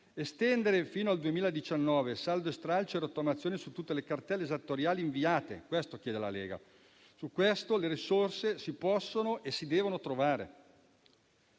estendere fino al 2019 saldo, stralcio e rottamazione su tutte le cartelle esattoriali inviate; su questo le risorse si possono e si devono trovare.